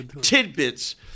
tidbits